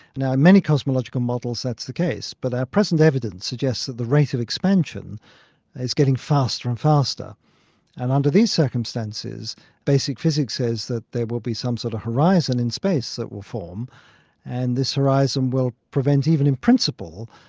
now in many cosmological models that's the case, but our present evidence suggests that the rate of expansion is getting faster and faster and under these circumstances basic physics says that there will be some sort of horizon in space that will form and this horizon will prevent, even in principle,